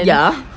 ya